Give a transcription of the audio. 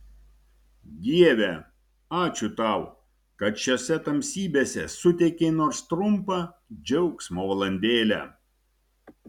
dieve ačiū tau kad šiose tamsybėse suteikei nors trumpą džiaugsmo valandėlę